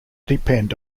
depend